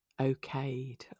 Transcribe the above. okayed